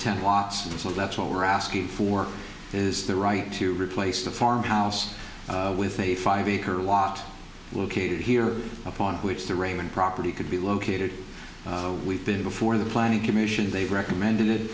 watts and so that's what we're asking for is the right to replace the farmhouse with a five acre lot located here upon which the rain and property could be located we've been before the planning commission they've recommended